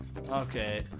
Okay